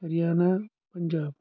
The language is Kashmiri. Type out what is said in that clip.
ہریانا پنٛجاب